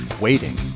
Waiting